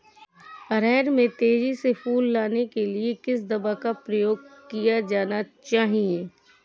अरहर में तेजी से फूल आने के लिए किस दवा का प्रयोग किया जाना चाहिए?